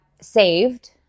saved